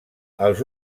els